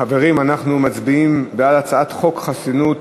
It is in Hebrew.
חברים, אנחנו מצביעים על הצעת חוק חסינות